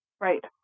Right